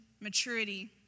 maturity